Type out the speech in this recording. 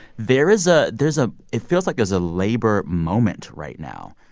there is a there's a it feels like there's a labor moment right now.